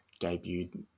debuted